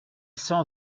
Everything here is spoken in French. s’en